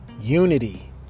Unity